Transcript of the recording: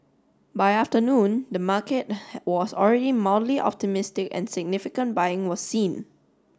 by afternoon the market was already optimistic and significant buying was seen